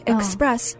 Express